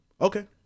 okay